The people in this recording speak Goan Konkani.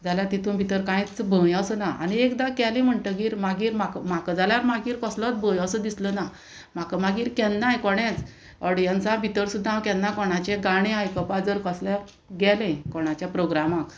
जाल्यार तितून भितर कांयच भंय असो ना आनी एकदां केलें म्हणटगीर मागीर म्हाका म्हाका जाल्यार मागीर कसलोच भंय असो दिसलो ना म्हाका मागीर केन्नाय कोणेंच ऑडियन्सा भितर सुद्दां हांव केन्ना कोणाचें गाणें आयकपाक जर कसलें गेलें कोणाच्या प्रोग्रामाक